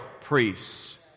priests